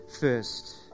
first